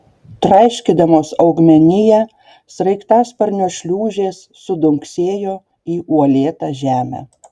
traiškydamos augmeniją sraigtasparnio šliūžės sudunksėjo į uolėtą žemę